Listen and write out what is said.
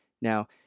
Now